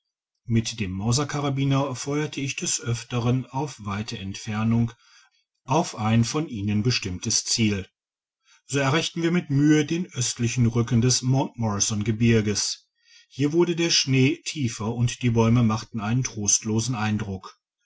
mit dem mauserkarabiner feuerte ich des öfteren auf weite entfernungen auf ein von ihnen bestimmtes ziel so erreichten wir mit mühe den östlichen rücken des mt morrison gebirges hier wurde der schnee tiefer und die bäume machten einen trostlosen eindruck